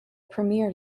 premier